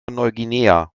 neuguinea